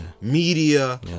media